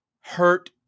hurt